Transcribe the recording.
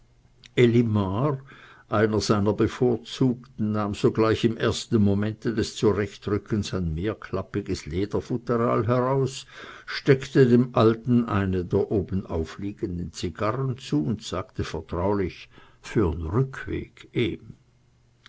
einer seiner bevorzugten nahm gleich im ersten momente des zurechtrückens ein mehrklappiges lederfutteral heraus steckte dem alten eine der obenaufliegenden zigarren zu und sagte vertraulich für'n rückweg